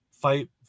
fight